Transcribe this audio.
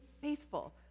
faithful